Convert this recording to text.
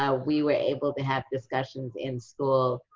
ah we were able to have discussions in school